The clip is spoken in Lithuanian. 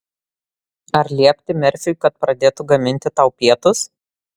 ar liepti merfiui kad pradėtų gaminti tau pietus